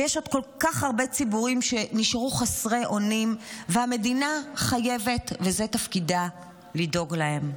ויש עוד כל כך הרבה ציבורים שנשארו חסרי אונים והמדינה חייבת לדאוג להם,